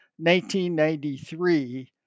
1993